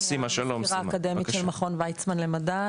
אני המזכירה האקדמית של מכון ויצמן למדע,